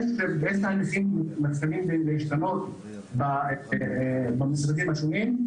יש תהליכים שמתחילים להשתנות במשרדים השונים,